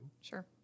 sure